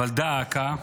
אבל דא עקא,